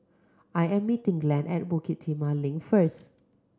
I am meeting Glenn at Bukit Timah Link first